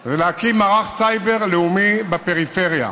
היא להקים מערך סייבר לאומי בפריפריה.